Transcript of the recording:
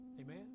amen